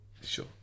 Sure